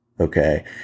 okay